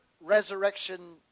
Resurrection